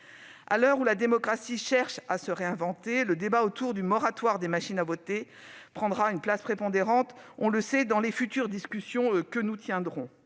À l'heure où la démocratie cherche à se réinventer, le débat autour du moratoire des machines à voter prendra une place prépondérante dans les discussions que nous tiendrons